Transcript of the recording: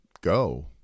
go